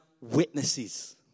witnesses